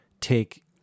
take